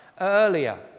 earlier